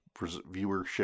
viewership